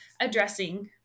addressing